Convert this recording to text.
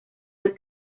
del